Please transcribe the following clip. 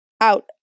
out